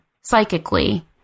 psychically